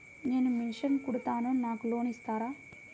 నేను మిషన్ కుడతాను నాకు లోన్ ఇస్తారా?